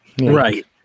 Right